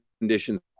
conditions